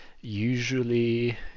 usually